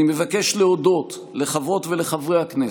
אני מבקש להודות לחברות ולחברי הכנסת,